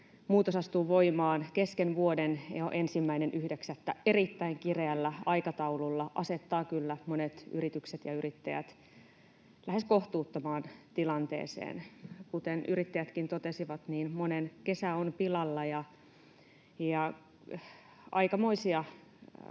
muutos astuu voimaan kesken vuoden, jo 1.9. erittäin kireällä aikataululla asettaa kyllä monet yritykset ja yrittäjät lähes kohtuuttomaan tilanteeseen. Kuten yrittäjätkin totesivat, monen kesä on pilalla ja aikamoisia